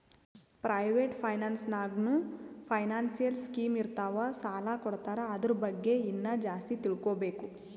private finance ನಾಗ್ನೂ financial scheme ಇರ್ತಾವ್ ಸಾಲ ಕೊಡ್ತಾರ ಅದುರ್ ಬಗ್ಗೆ ಇನ್ನಾ ಜಾಸ್ತಿ ತಿಳ್ಕೋಬೇಕು